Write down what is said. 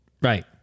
Right